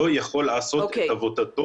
לא יכול לעשות את עבודתו.